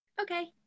Okay